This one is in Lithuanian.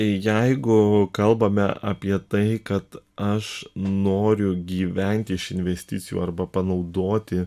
jeigu kalbame apie tai kad aš noriu gyventi iš investicijų arba panaudoti